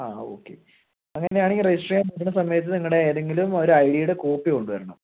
ആ ഓക്കെ അങ്ങനെയാണെങ്കിൽ രജിസ്റ്റർ ചെയ്യാൻ സമയത്ത് നിങ്ങളുടെ ഏതെങ്കിലും ഒരു ഐ ഡിയുടെ കോപ്പി കൊണ്ടുവരണം